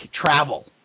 travel